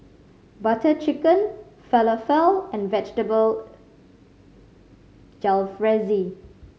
Butter Chicken Falafel and Vegetable Jalfrezi